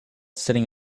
sitting